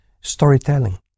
storytelling